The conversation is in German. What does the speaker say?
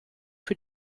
für